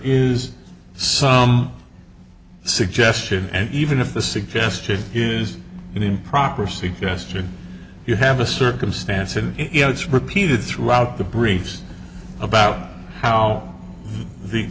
is some suggestion and even if the suggestion is an improper suggestion you have a circumstance and it's repeated throughout the briefs about how the